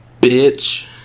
Bitch